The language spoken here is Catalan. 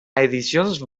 edicions